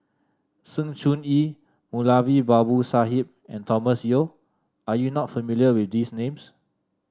Sng Choon Yee Moulavi Babu Sahib and Thomas Yeo are you not familiar with these names